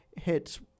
hits